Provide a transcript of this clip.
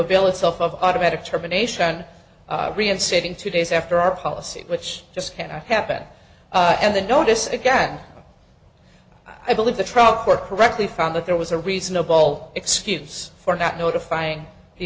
bill itself of automatic terminations and reinstating two days after our policy which just can't happen and the notice again i believe the trial court correctly found that there was a reasonable excuse for not notifying the